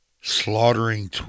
slaughtering